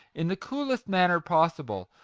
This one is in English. in the coolest manner possible,